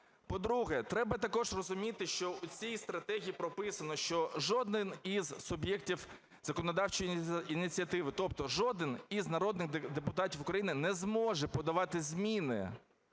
По-друге, треба також розуміти, що у цій стратегії прописано, що жоден із суб'єктів законодавчої ініціативи, тобто жоден із народних депутатів України, не зможе подавати зміни